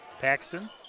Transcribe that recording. Paxton